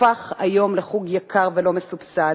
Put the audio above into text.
הפך היום לחוג יקר ולא מסובסד,